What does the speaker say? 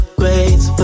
greats